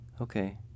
okay